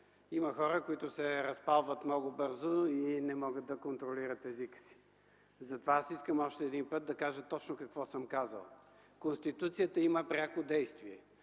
Има хора, които се разпалват много бързо и не могат да контролират езика си. Затова искам още един път да кажа точно какво съм казал. Конституцията има пряко действие.